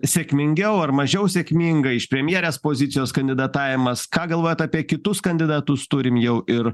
sėkmingiau ar mažiau sėkminga iš premjerės pozicijos kandidatavimas ką galvojat apie kitus kandidatus turim jau ir